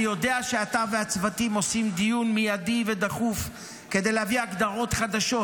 אני יודע שאתה והצוותים עושים דיון מיידי ודחוף כדי להביא הגדרות חדשות,